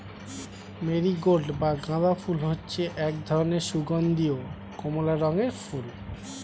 marigold বা গাঁদা ফুল হচ্ছে এক ধরনের সুগন্ধীয় কমলা রঙের ফুল